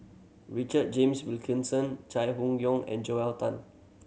Richard James Wilkinson Chai Hon Yoong and Joel Tan